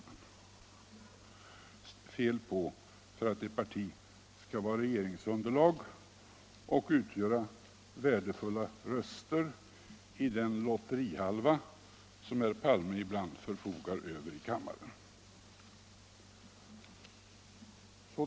Det krävs väl annat också för att ett parti skall vara regeringsunderlag och utgöra värdefulla röster i den lotterihalva som herr Palme ibland förfogar över i kammaren.